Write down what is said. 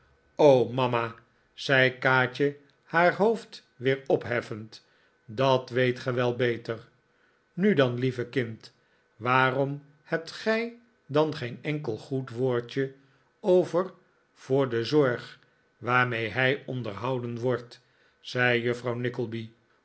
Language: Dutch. o mama zei kaatje haar hoofd weer opheffend dat weet ge wel beter nu dan lieve kind waarom hebt gij dan geen enkel goed woordje over voor de zorg waarmee hij onderhouden wordt zei juffrouw